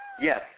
Yes